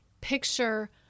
picture